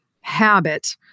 habit